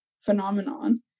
phenomenon